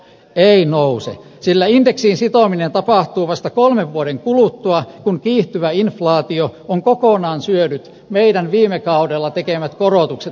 ei nouse sillä indeksiin sitominen tapahtuu vasta kolmen vuoden kuluttua kun kiihtyvä inflaatio on kokonaan syönyt meidän viime kaudella tekemämme korotukset opintotukeen